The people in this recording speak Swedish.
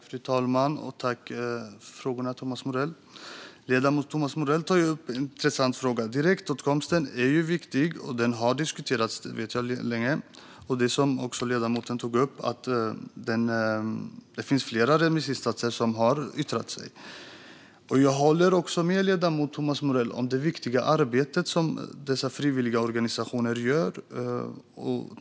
Fru talman! Tack för frågorna, Thomas Morell! Ledamoten Thomas Morell tar upp en intressant fråga. Direktåtkomsten är viktig och har diskuterats länge. Som ledamoten sa är det flera remissinstanser som har yttrat sig. Jag håller också med ledamoten Thomas Morell om det viktiga arbete som dessa frivilligorganisationer gör.